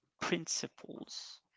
principles